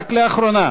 רק לאחרונה